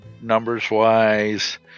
numbers-wise